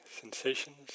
sensations